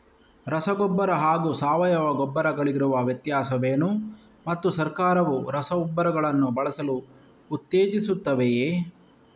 ರಸಗೊಬ್ಬರ ಹಾಗೂ ಸಾವಯವ ಗೊಬ್ಬರ ಗಳಿಗಿರುವ ವ್ಯತ್ಯಾಸವೇನು ಮತ್ತು ಸರ್ಕಾರವು ರಸಗೊಬ್ಬರಗಳನ್ನು ಬಳಸಲು ಉತ್ತೇಜಿಸುತ್ತೆವೆಯೇ?